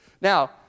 Now